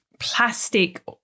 plastic